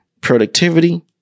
productivity